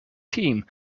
team